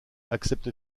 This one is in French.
accepte